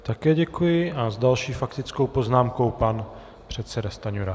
Také děkuji a s další faktickou poznámkou pan předseda Stanjura.